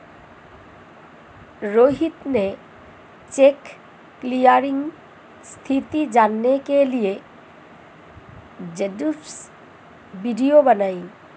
रोहित ने cheque clearing स्थिति जानने के लिए यूट्यूब वीडियो बनाई